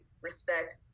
respect